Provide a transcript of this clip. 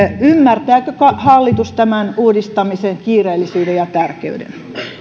ymmärtääkö hallitus tämän uudistamisen kiireellisyyden ja tärkeyden